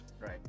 right